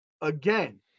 again